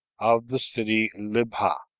of the city libhah.